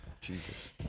Jesus